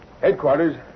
Headquarters